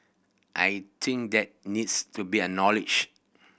I think that needs to be acknowledged